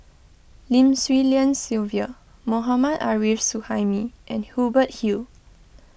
Lim Swee Lian Sylvia Mohammad Arif Suhaimi and Hubert Hill